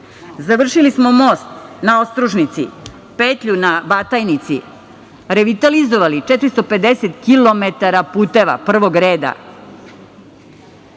završili smo most na Ostružnici, petlju na Batajnici, revitalizovali 450 kilometara puteva prvog reda.